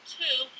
two